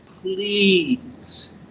please